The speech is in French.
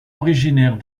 originaire